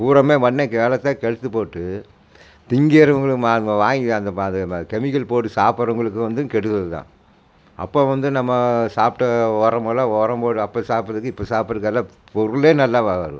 பூராவுமே மண்ணை வளத்தை கெடுத்து போட்டு திங்கிறவங்களை வாங்கி அந்த கெமிக்கல் போட்டு சாப்பிட்றவங்களுக்கும் வந்தும் கெடுதல் தான் அப்போ வந்து நம்ம சாப்பிட்ட உரமெல்லாம் உரம் அப்போ சாப்பிட்றதுக்கு இப்போ சாப்பிட்றதுக்கெல்லாம் பொருளே நல்லா